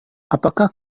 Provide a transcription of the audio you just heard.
apakah